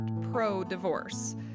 pro-divorce